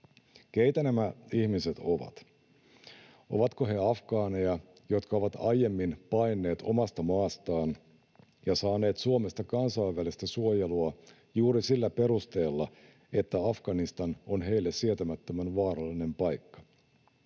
Keitä nämä ihmiset ovat? Ovatko he afgaaneja, jotka ovat aiemmin paenneet omasta maastaan ja saaneet Suomesta kansainvälistä suojelua juuri sillä perusteella, että Afganistan on heille sietämättömän vaarallinen paikka?